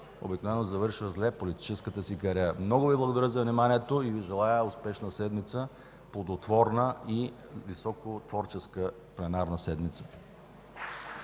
обикновено завършва зле политическата си кариера. Много Ви благодаря за вниманието и Ви желая успешна, ползотворна и високотворческа пленарна седмица.